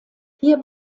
hier